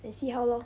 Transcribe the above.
then see how lor